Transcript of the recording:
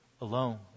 alone